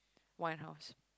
winehouse